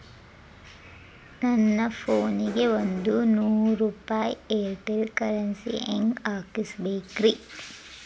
ನನ್ನ ಫೋನಿಗೆ ಒಂದ್ ನೂರು ರೂಪಾಯಿ ಏರ್ಟೆಲ್ ಕರೆನ್ಸಿ ಹೆಂಗ್ ಹಾಕಿಸ್ಬೇಕ್ರಿ?